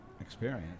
experience